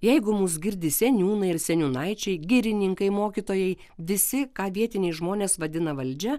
jeigu mus girdi seniūnai ir seniūnaičiai girininkai mokytojai visi ką vietiniai žmonės vadina valdžia